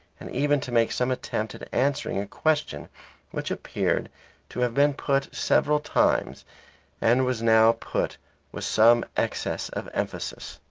and even to make some attempt at answering a question which appeared to have been put several times and was now put with some excess of emphasis.